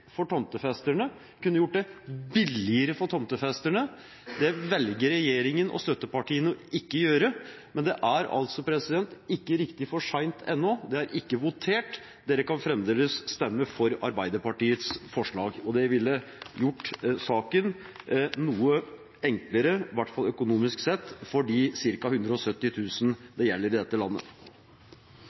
for tomtefesterne og kunne gjort det billigere for tomtefesterne. Det velger regjeringen og støttepartiene ikke å gjøre. Men det er altså ikke riktig for sent ennå. Det er ikke votert, dere kan fremdeles stemme for Arbeiderpartiets forslag. Det ville gjort saken noe enklere, i hvert fall økonomisk sett, for de ca. 170 000 det gjelder i dette landet.